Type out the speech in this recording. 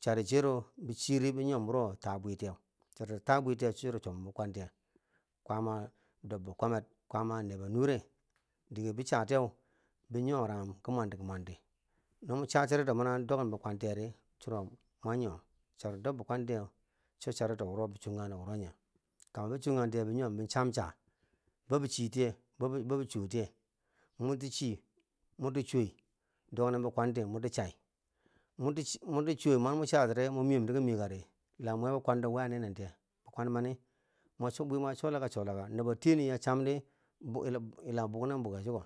Chari chiyo bichiri nyomom wuro taa bwitiyen, chari to taa bwitiye cho churo chob mwan bi kwan tiye, kwaama dobbo kwamer, kwaama a neebo nure dige bi cha tiye bi nyima ranghum ki mwanti, ki mwanti, no mo cha charito man a dok nen bikwan tiyeri churo mwa nyimom, charito dok bikwantiye cho charito bo chongkanjiye na wuro nyeu, kambo bi chongkatiye bi nyimom bi chan cha bo bi chitiye bobi chotiye, moti chii moti chooi dok nen bi kwanti moti chai, moti chooi mamo chatiri mo miyemti ka miyeka, la mwe bikwando we a neenentiye? bikwan mani, mwa to bwimwi a chola ka cholaka, nubo tiyeni ya chamdi yila yila buknen buke chiko,